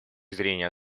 зрения